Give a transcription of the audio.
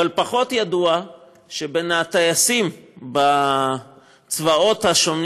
אבל פחות ידוע שבין הטייסים בצבאות השונים